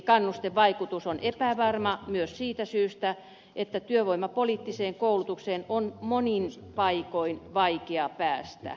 kannustevaikutus on epävarma myös siitä syystä että työvoimapoliittiseen koulutukseen on monin paikoin vaikea päästä